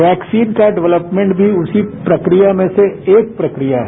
vaccine का development भी इसी प्रक्रिया में से एक प्रक्रिया है